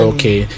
Okay